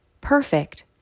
perfect